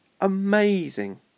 Amazing